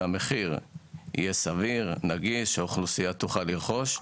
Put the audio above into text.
שהמחיר יהיה סביר ונגיש והאוכלוסייה תוכל לרכוש אותו.